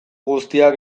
guztiak